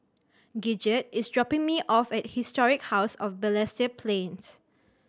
Gidget is dropping me off at Historic House of Balestier Plains